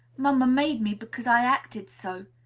mamma made me, because i acted so.